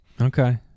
Okay